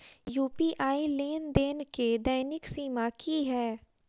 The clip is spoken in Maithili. यु.पी.आई लेनदेन केँ दैनिक सीमा की है?